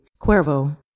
Cuervo